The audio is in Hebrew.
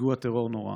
בפיגוע טרור נורא.